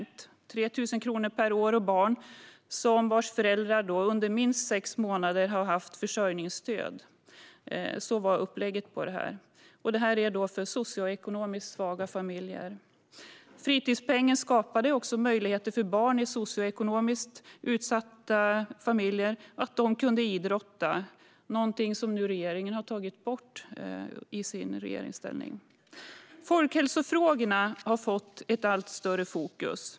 Det handlade om 3 000 kronor per år till barn vars föräldrar under minst sex månader har haft försörjningsstöd. Så var upplägget. Fritidspengen, som den här regeringen har tagit bort, skapade alltså möjligheter för barn i socioekonomiskt utsatta familjer att idrotta. Folkhälsofrågorna har fått ett allt större fokus.